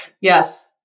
Yes